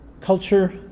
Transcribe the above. culture